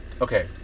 Okay